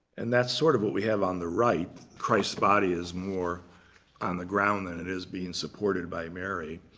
and that's sort of what we have on the right. christ's body is more on the ground than it is being supported by mary.